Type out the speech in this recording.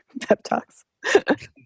Pep-talks